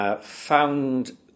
Found